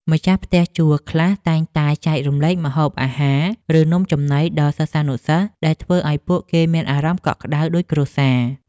ម្ចាស់ផ្ទះជួលខ្លះតែងតែចែករំលែកម្ហូបអាហារ ឬនំចំណីដល់សិស្សានុសិស្សដែលធ្វើឱ្យពួកគេមានអារម្មណ៍កក់ក្តៅដូចគ្រួសារ។